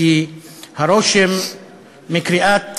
כי הרושם מקריאת